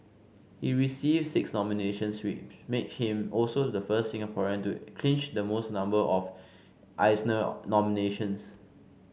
he received six nominations which made him also the first Singaporean to clinch the most number of Eisner nominations